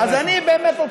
אם אתה רוצה